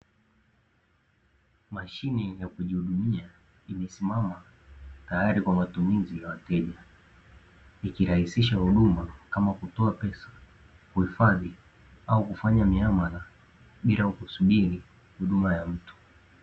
Mashine ya kujihudumia, imesimama tayari kwa matumizi ya wateja. Likirahisisha huduma kama kutoa pesa, kuhifadhi au kufanya miamala, bila ya kusubiri huduma ya mtu.